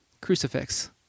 Crucifix